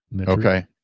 okay